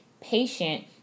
patient